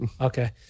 Okay